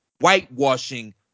whitewashing